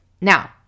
Now